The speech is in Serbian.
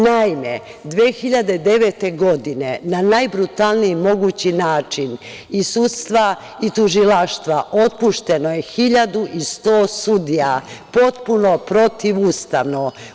Naime, 2009. godine na najbrutalniji mogući način iz sudstva i tužilaštva otpušteno je 1.100 sudija, potpuno protivustavno.